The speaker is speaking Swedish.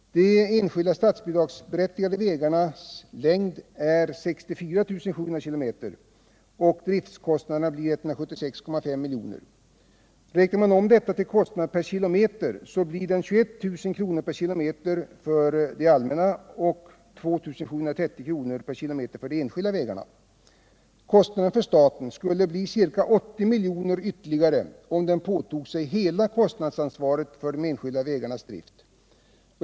De enskilda statsbidragsberättigade vägarnas längd är 64 700 km. Här uppgår driftkostnaderna till 176,5 milj.kr. Räknar man om detta till kostnad per kilometer, finner man att den blir 21 000 kr. per kilometer för de allmänna vägarna och 2730 kr. per kilometer för de enskilda vägarna. Kostnaden för staten skulle bli ca 80 milj.kr. större, om den påtog sig hela kostnadsansvaret för de enskilda vägarnas drift.